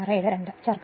672 ചേർക്കുക